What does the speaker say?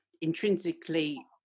intrinsically